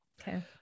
Okay